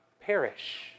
perish